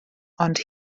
ond